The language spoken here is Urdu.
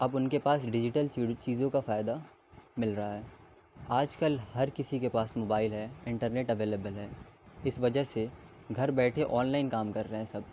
اب ان کے پاس ڈیجیٹل چ چیزوں کا فائدہ مل رہا ہے آج کل ہر کسی کے پاس موبائل ہے انٹرنیٹ اویلیبل ہے اس وجہ سے گھر بیٹھے آن لائن کام کر رہے ہیں سب